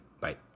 Bye